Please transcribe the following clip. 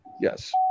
Yes